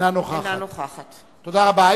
אינה נוכחת תודה רבה.